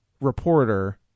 reporter